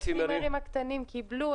הצימרים הקטנים קיבלו.